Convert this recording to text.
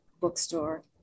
Bookstore